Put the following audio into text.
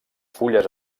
fulles